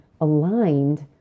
aligned